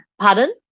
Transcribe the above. Pardon